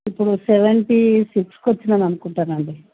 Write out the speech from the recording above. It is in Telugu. ఇప్పుడు సెవెంటి సిక్స్కి వచ్చినాను అనుకుంటాను అండి